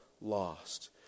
lost